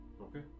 Okay